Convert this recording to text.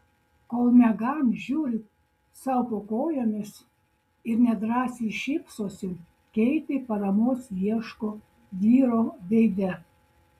kol megan žiūri sau po kojomis ir nedrąsai šypsosi keitė paramos ieško vyro veide